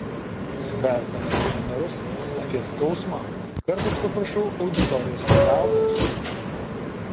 vesdamas seminarus apie skausmą kartais paprašau auditorijos pagalbos